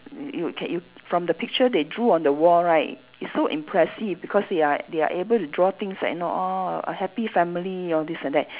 you you can you from the picture they drew on the wall right it's so impressive because they are they are able to draw things like you know orh a happy family all these and that